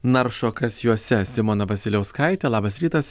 naršo kas juose simona vasiliauskaite labas rytas